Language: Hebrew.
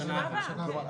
בשנה הבאה כן.